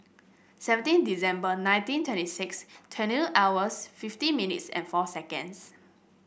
seventeen December nineteen twenty six twenty hours fifteen minutes and four seconds